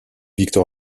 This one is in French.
victor